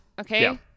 Okay